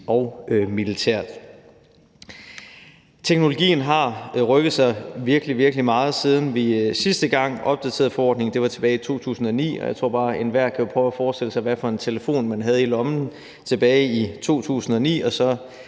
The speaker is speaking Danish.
og militært. Teknologien har rykket sig virkelig, virkelig meget, siden vi sidste gang opdaterede forordningen. Det var tilbage i 2009, og jeg tror, at enhver kan forestille sig, hvad det var for en telefon, man havde i lommen tilbage i 2009, og når